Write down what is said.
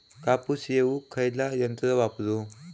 कापूस येचुक खयला यंत्र वापरू?